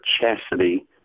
chastity